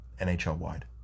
NHL-wide